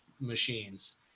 machines